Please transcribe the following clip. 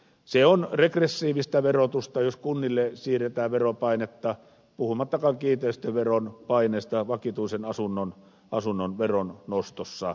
se on regressiivistä verotusta jos kunnille siirretään veropainetta puhumattakaan kiinteistöveron paineesta vakituisen asunnon veron nostossa